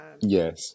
Yes